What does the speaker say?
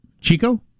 Chico